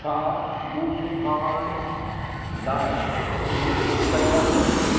छां मूं सुभाण लाइ कुझु बुक कयो आहे